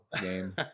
game